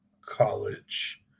college